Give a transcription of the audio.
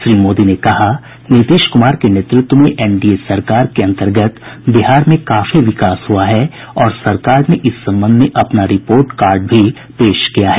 श्री मोदी ने कहा कि नीतीश कृमार के नेतृत्व में एन डी ए सरकार के अंतर्गत बिहार में काफी विकास हुआ है और सरकार ने इस संबंध में अपना रिपोर्ट कार्ड भी प्रस्तुत किया है